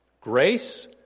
grace